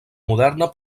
moderna